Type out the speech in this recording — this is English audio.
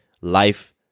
life